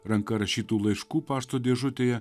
ranka rašytų laiškų pašto dėžutėje